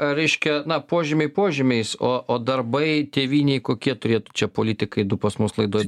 reiškia na požymiai požymiais o o darbai tėvynei kokie turėtų čia politikai du pas mus laidoj